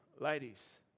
Ladies